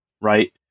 right